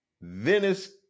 Venice